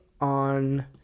on